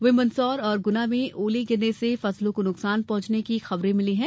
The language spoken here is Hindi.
वहीं मंदसौर और गुना में ओले गिरने से फसलों को नुकसान पहुंचने की खबरे मिली हैं